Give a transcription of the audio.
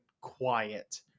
quiet